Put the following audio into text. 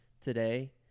today